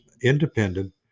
independent